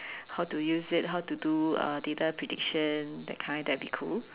how to use it how to do uh data prediction that kind that'd be cool